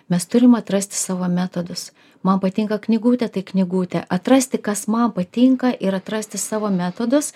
mes turim atrasti savo metodus man patinka knygutė tai knygutė atrasti kas man patinka ir atrasti savo metodus